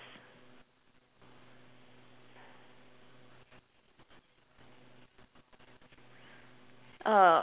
uh